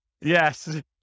Yes